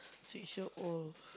six year old